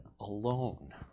alone